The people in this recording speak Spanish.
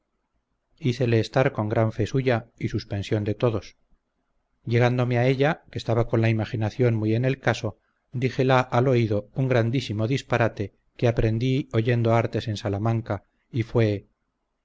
el mal hícele estar con gran fe suya y suspensión de todos llegándome a ella que estaba con la imaginación muy en el caso dijela al oído un grandísimo disparate que aprendí oyendo artes en salamanca y fue